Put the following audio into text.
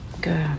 Good